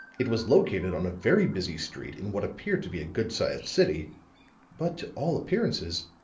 it was located on a very busy street in what appeared to be a good-sized city but, to all appearances,